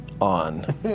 on